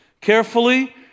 carefully